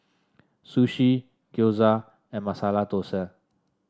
Sushi Gyoza and Masala Dosa